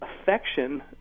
affection